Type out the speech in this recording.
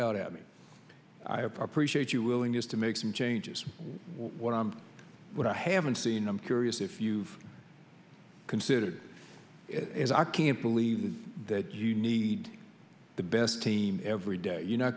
out at me i appreciate your willingness to some changes what i what i haven't seen i'm curious if you've considered it as i can't believe that you need the best team every day you're not